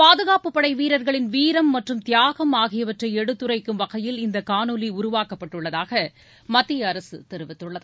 பாதுகாப்பு படை வீரர்களின் வீரம் மற்றும் தியாகம்ஆகியவற்றை எடுத்துரைக்கும் வகையில் இந்த காணொலி உருவாக்கப்பட்டுள்ளதாக மத்திய அரசு தெரிவித்துள்ளது